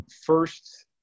first